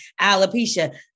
alopecia